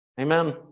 Amen